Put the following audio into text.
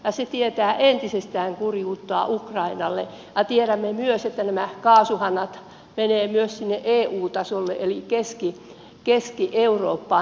se tietää entisestään kurjuutta ukrainalle ja tiedämme myös että nämä kaasuhanat menevät myös sinne eu tasolle eli keski eurooppaan